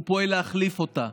הוא פועל להחליף אותה.